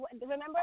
remember